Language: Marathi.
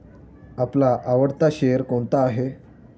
आपला आवडता शेअर कोणता आहे?